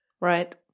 right